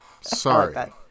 Sorry